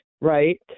Right